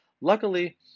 Luckily